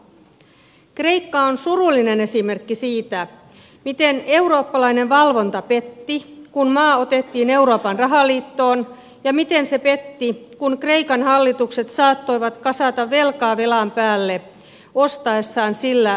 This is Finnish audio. kreikka on surullinen esimerkki siitä miten eurooppalainen valvonta petti kun maa otettiin euroopan rahaliittoon ja miten se petti kun kreikan hallitukset saattoivat kasata velkaa velan päälle ostaessaan sillä vaalikannatusta